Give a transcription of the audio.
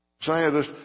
Scientists